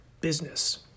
business